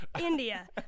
India